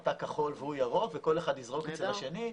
אתה כחול והוא ירוק וכל אחד יזרוק אצל השני,